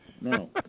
no